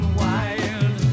wild